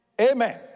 Amen